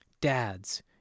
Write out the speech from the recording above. Dads